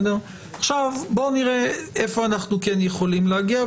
בואו נראה איפה אנחנו כן יכולים להגיע,